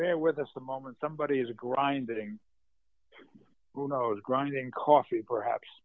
there with us the moment somebody is grinding who knows grinding coffee perhaps